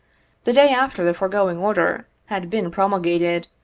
the day after the foregoing order had been pro mulgated,